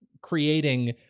creating